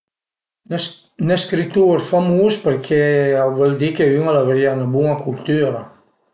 n scritur famus perché a völ di che ün al avrìa üna bun-a cültura